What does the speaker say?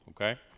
okay